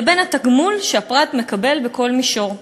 לבין התגמול שהפרט מקבל בכל מישור,